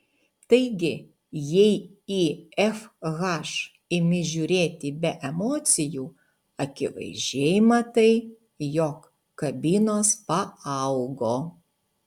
taigi jei į fh imi žiūrėti be emocijų akivaizdžiai matai jog kabinos paaugo